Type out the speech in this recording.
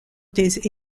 des